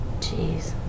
Jeez